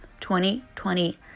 2020